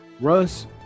Russ